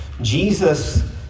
Jesus